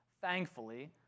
thankfully